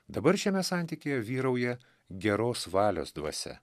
dabar šiame santykyje vyrauja geros valios dvasia